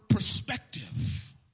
perspective